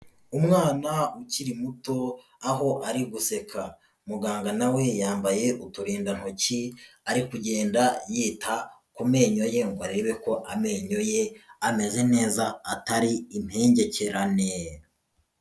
Umwana ukiri muto aho ari guseka, muganga nawe yambaye uturindantoki ari kugenda yita ku menyo ye ngo arebe ko amenyo ye ameze neza atari impengekerane.